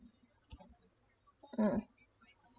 mm